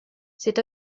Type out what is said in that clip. c’est